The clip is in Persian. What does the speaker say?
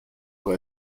اقا